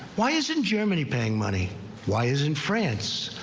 why isn't germany paying money why isn't france.